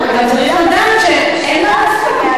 אבל צריך לדעת שאין מה לעשות.